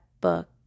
book